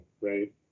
right